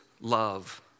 love